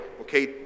Okay